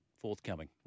forthcoming